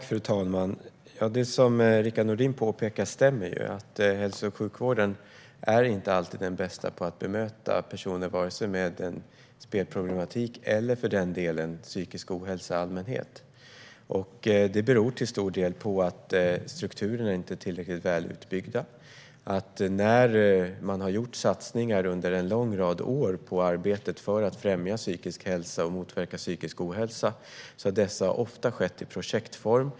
Fru talman! Det som Rickard Nordin påpekar stämmer: Hälso och sjukvården är inte alltid den bästa när det gäller att bemöta personer med spelproblematik eller, för den delen, psykisk ohälsa i allmänhet. Det beror till stor del på att strukturerna inte är tillräckligt väl utbyggda. De satsningar man har gjort under en lång rad år på arbetet för att främja psykisk hälsa och motverka psykisk ohälsa har ofta skett i projektform.